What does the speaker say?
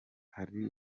hari